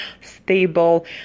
stable